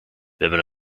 hebben